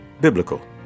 biblical